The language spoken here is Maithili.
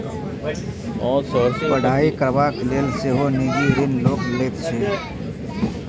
पढ़ाई करबाक लेल सेहो निजी ऋण लोक लैत छै